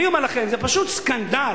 אני אומר לכם, זה פשוט סקנדל.